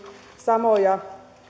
samoja